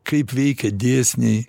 kaip veikia dėsniai